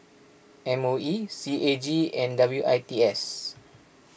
M O E C A G and W I T S